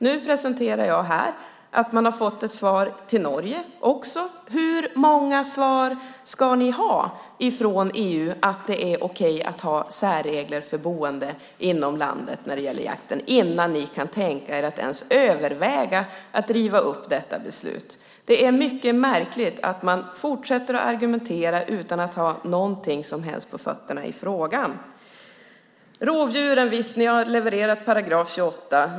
Nu presenterar jag här att man har fått ett svar till Norge också. Hur många svar ska ni ha från EU om att det är okej att ha särregler för jakt för boende inom landet innan ni kan tänka er att ens överväga att riva upp detta beslut? Det är mycket märkligt att man fortsätter argumentera utan att ha något som helst på fötterna i frågan. När det gäller rovdjuren har ni levererat § 28.